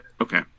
Okay